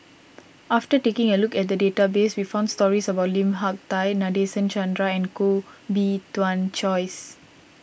after taking a look at the database we found stories about Lim Hak Tai Nadasen Chandra and Koh Bee Tuan Joyce